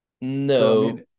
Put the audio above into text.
No